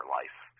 life